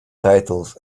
titles